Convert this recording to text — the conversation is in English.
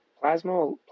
plasma